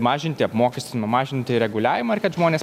mažinti apmokestinimą mažinti reguliavimą ir kad žmonės